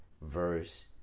verse